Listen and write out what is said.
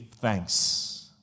thanks